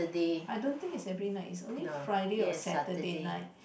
I don't think is every night is only Friday or Saturday night